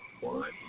One